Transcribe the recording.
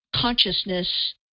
consciousness